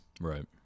Right